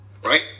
Right